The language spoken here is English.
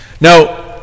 Now